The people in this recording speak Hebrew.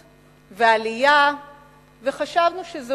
ועלייה וחשבנו שזאת הציונות.